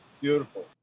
Beautiful